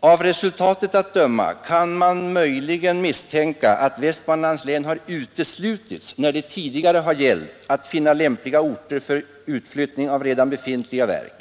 Av resultatet att döma kan man möjligen misstänka att Västmanlands län har uteslutits när det tidigare har gällt att finna lämpliga orter för utflyttning av redan befintliga verk.